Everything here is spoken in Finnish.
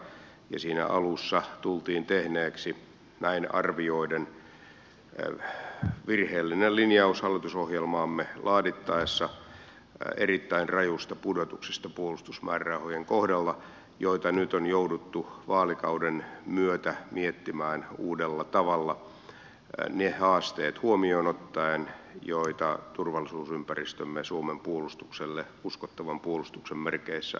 ja näin arvioiden siinä alussa tultiin tehneeksi virheellinen linjaus hallitusohjelmaamme laadittaessa erittäin rajusta pudotuksesta puolustusmäärärahojen kohdalla joita nyt on jouduttu vaalikauden myötä miettimään uudella tavalla ne haasteet huomioon ottaen joita turvallisuusympäristömme suomen puolustukselle uskottavan puolustuksen merkeissä aiheuttaa